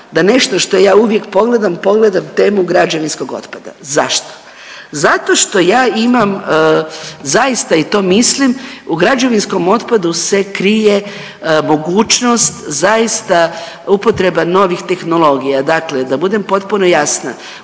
da nešto što ja uvijek pogledam temu građevinskog otpada. Zašto? Zato što ja imam zaista i to mislim u građevinskom otpadu se krije mogućnost zaista upotreba novih tehnologija. Dakle, da budem potpuno jasna.